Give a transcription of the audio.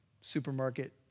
supermarket